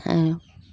আৰু